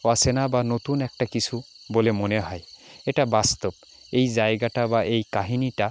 অচেনা বা নতুন একটা কিছু বলে মনে হয় এটা বাস্তব এই জায়গাটা বা এই কাহিনিটা